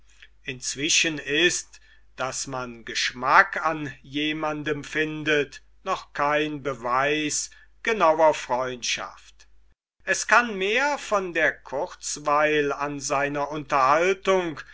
inzwischen ist daß man geschmack an jemandem findet noch kein beweis genauer freundschaft es kann mehr von der kurzweil an seiner unterhaltung